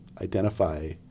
identify